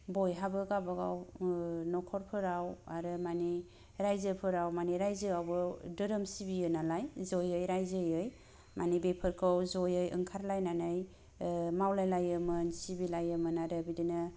बयहाबो गावबा गाव ओ नखरफोराव आरो माने राइजोफोराव माने राइजोआवबो धोरोम सिबियो नालाय जयै राइजोयै माने बेफोरखौ जयै ओंखारलायनानै ओ मावलायलायोमोन सिबिलायोमोन आरो बिदिनो